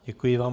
Děkuji vám.